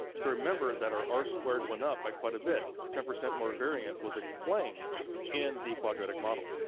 so remember that our r squared went up by quite a bit, ten percent more variance was explained in the quadratic model.